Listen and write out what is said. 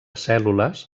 cèl·lules